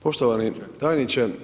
Poštovani tajniče.